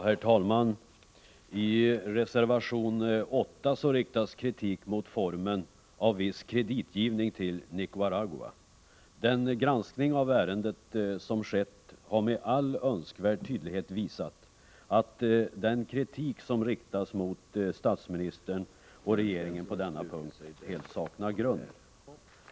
Herr talman! I reservation 8 riktas kritik mot formen för viss kreditgivning till Nicaragua. Den granskning av ärendet som skett har med all önskvärd tydlighet visat att den kritik som riktas mot statsministern och regeringen på denna punkt fullständigt saknar grund.